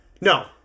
No